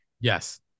Yes